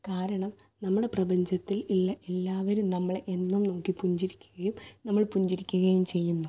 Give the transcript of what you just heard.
കാരണം നമ്മുടെ പ്രപഞ്ചത്തിൽ ഉള്ള എല്ലാവരും നമ്മളെ എന്നും നോക്കി പുഞ്ചിരിക്കുകയും നമ്മൾ പുഞ്ചിരിക്കുകയും ചെയ്യുന്നു